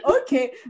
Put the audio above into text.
okay